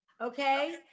okay